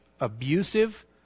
abusive